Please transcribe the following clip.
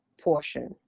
portion